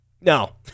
No